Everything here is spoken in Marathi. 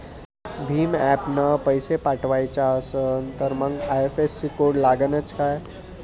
भीम ॲपनं पैसे पाठवायचा असन तर मंग आय.एफ.एस.सी कोड लागनच काय?